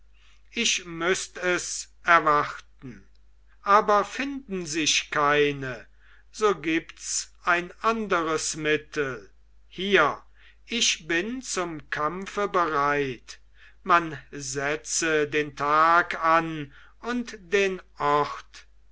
ich müßt es erwarten aber finden sich keine so gibts ein anderes mittel hier ich bin zum kampfe bereit man setze den tag an und den ort